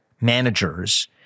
managers